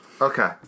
Okay